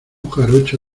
jarocho